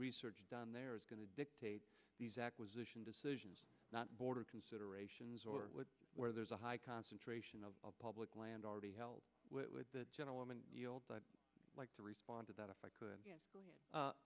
research done there is going to dictate these acquisition decisions not border considerations or where there's a high concentration of public land already held with the gentleman yield i'd like to respond to that if i could